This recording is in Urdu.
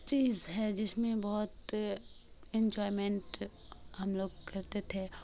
چیز ہے جس میں بہت انجوائمنٹ ہم لوگ کرتے تھے